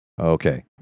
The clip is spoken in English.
Okay